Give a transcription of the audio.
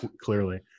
clearly